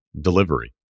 delivery